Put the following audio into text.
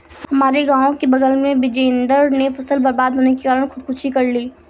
हमारे गांव के बगल में बिजेंदर ने फसल बर्बाद होने के कारण खुदकुशी कर ली